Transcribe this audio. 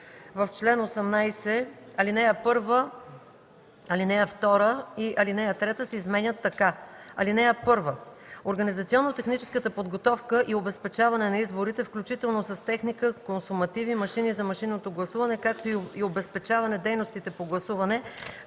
„В чл.18, ал. 1, ал. 2 и ал. 3 се изменят така: „(1) Организационно-техническата подготовка и обезпечаване на изборите, включително с техника, консумативи, машини за машинното гласуване, както и обезпечаване дейностите по гласуване